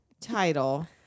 title